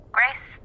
Grace